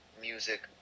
music